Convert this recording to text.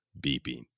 beeping